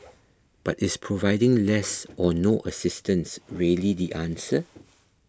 but is providing less or no assistance really the answer